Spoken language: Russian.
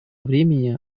времени